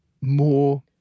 more